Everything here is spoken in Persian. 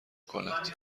کند